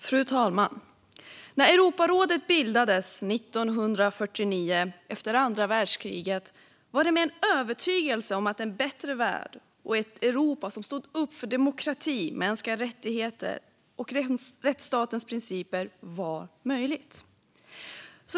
Fru talman! När Europarådet bildades 1949 efter andra världskriget var det med en övertygelse om att en bättre värld var möjlig, liksom ett Europa som stod upp för demokrati, mänskliga rättigheter och rättsstatens principer.